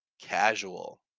casual